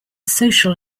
social